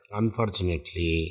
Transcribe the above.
unfortunately